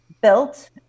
built